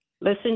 Listen